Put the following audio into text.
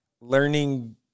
learning